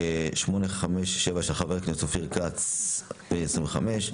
הצעת חוק של חבר הכנסת אופיר כץ, 857/25,